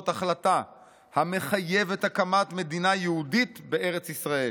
החלטה המחייבת הקמת מדינה יהודית בארץ ישראל.